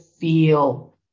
feel